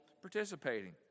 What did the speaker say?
participating